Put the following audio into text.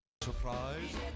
Surprise